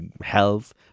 Health